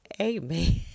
Amen